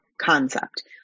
concept